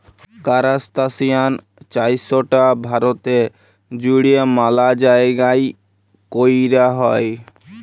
কারাস্তাসিয়ান চাইশটা ভারতে জুইড়ে ম্যালা জাইগাই কৈরা হই